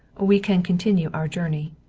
we can continue our journey.